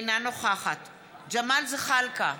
אינה נוכחת ג'מאל זחאלקה,